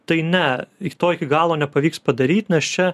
tai ne iki to iki galo nepavyks padaryt nes čia